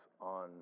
on